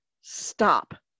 Stop